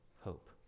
hope